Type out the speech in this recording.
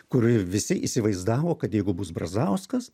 kur visi įsivaizdavo kad jeigu bus brazauskas